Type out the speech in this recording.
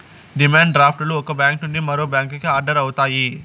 demand draft లు ఒక bank నుండి మరో బ్యాంకుకి ఆర్డర్ అవుతాయి